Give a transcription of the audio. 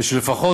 ולפחות,